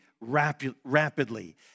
rapidly